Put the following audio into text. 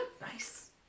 Nice